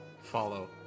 follow